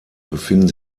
befinden